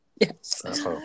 Yes